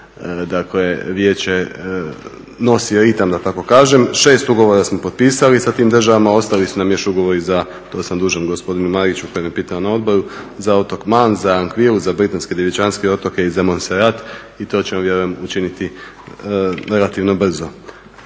nam vijeće nosi ritam da tako kažem. Šest ugovora smo potpisali sa tim državama. Ostali su nam još ugovori za, to sam dužan gospodinu Mariću koji me pitao na odboru, za otok Mandatno-imunitetno povjerenstvo, Ankviu, za Britanske djevičanske otoke i za Montserrat. I to ćemo vjerujem učiniti relativno brzo.